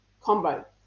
combo